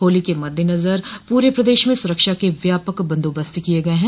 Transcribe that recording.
होली के मद्देनज़र पूरे प्रदेश में सुरक्षा के व्यापक बंदोबस्त किये गये हैं